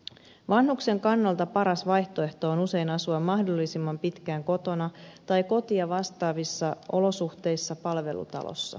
vanhuksen kannalta paras vaihtoehto on usein asua mahdollisimman pitkään kotona tai kotia vastaavissa olosuhteissa palvelutalossa